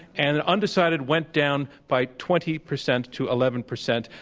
and undecided went down by twenty percent to eleven percent.